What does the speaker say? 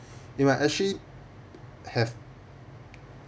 it might actually have